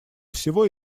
всего